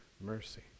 mercy